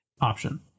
option